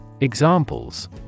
Examples